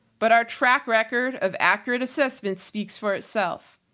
but our track record of accurate assessments speaks for itself.